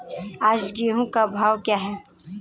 आज गेहूँ का भाव क्या है?